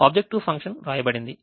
objective function వ్రాయబడింది